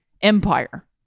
empire